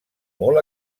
molt